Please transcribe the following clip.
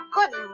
Good